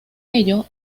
ello